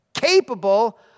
capable